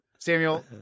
Samuel